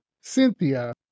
Cynthia